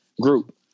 group